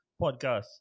Podcast